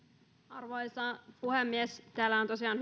arvoisa puhemies täällä on tosiaan